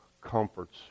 comforts